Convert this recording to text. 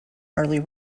early